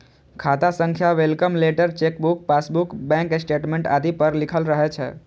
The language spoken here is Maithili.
खाता संख्या welcome letter, chequebook, passbook, bank statement आदि पर लिखल रहै छै